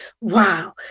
Wow